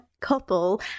couple